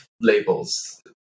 labels